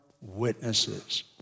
witnesses